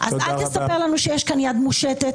אל תספר לנו שיש כאן יד מושטת,